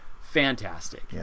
fantastic